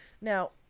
Now